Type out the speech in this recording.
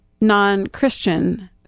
non-Christian